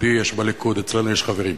"ידידי" יש בליכוד, אצלנו יש חברים.